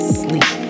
sleep